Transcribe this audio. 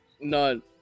none